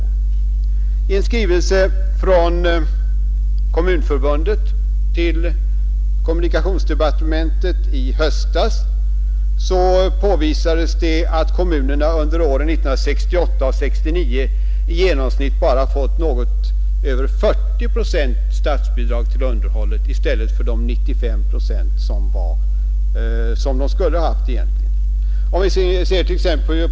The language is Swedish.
I en skrivelse från Kommunförbundet till kommunikationsdepartementet i höstas påvisades det att kommunerna under åren 1968 och 1969 i genomsnitt bara hade fått något över 40 procent i statsbidrag till underhåll för dessa gator och trafikleder i stället för de 95 procent som de egentligen skulle haft.